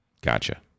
Gotcha